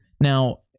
Now